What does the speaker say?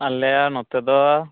ᱟᱞᱮᱭᱟᱜ ᱱᱚᱛᱮ ᱫᱚ